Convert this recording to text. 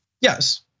Yes